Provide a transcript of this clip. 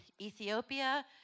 Ethiopia